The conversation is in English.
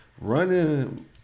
Running